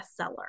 Bestseller